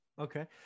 Okay